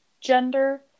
gender